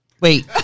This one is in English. Wait